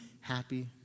happy